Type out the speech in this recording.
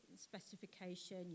specification